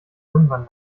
irgendwann